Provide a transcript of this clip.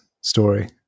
story